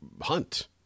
hunt